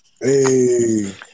Hey